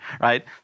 right